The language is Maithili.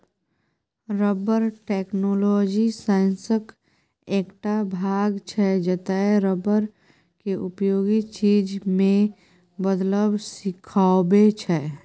रबर टैक्नोलॉजी साइंसक एकटा भाग छै जतय रबर केँ उपयोगी चीज मे बदलब सीखाबै छै